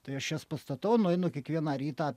tai aš jas pastatau nueinu kiekvieną rytą